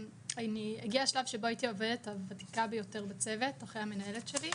הגיע שלב שהייתי העובדת הוותיקה ביותר בצוות אחרי המנהלת שלי.